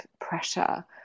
pressure